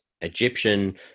Egyptian